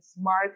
smart